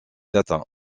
atteint